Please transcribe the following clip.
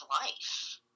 life